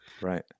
Right